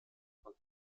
und